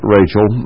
Rachel